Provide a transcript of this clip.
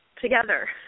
together